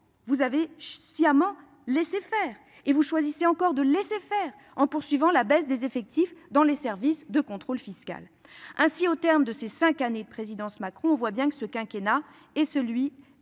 vous avez sciemment laissé faire et vous vous obstinez dans ce choix, en poursuivant la restriction des effectifs dans les services de contrôle fiscal. Ainsi, au terme de ces cinq années de présidence, on voit bien que ce quinquennat est celui